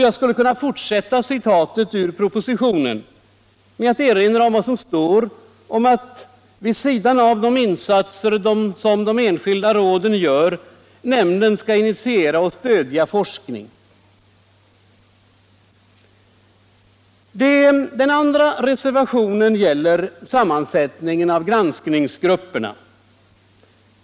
Jag kan fortsätta citatet ur propositionen med att erinra om följande: Vid sidan av de insatser som de enskilda råden gör skall nämnden initiera och stödja forskning. Den andra reservationen gäller sammansättningen av granskningsgrupperna.